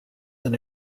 than